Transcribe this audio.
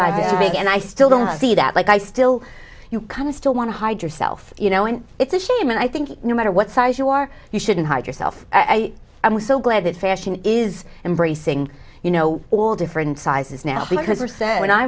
make and i still don't see that like i still you kind of still want to hide yourself you know and it's a shame and i think no matter what size you are you shouldn't hide yourself i'm so glad that fashion is embracing you know all different sizes now because they're saying when i